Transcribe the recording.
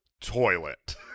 toilet